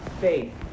faith